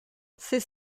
c’est